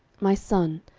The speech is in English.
my son,